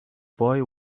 boy